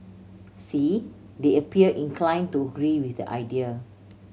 see they appear inclined to agree with the idea